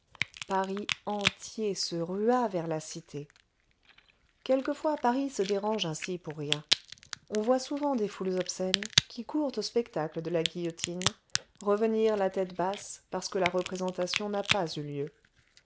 paris entier se rua vers la cité quelquefois paris se dérange ainsi pour rien on voit souvent des foules obscènes qui courent au spectacle de la guillotine revenir la tête basse parce que la représentation n'a pas eu lieu